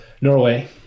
Norway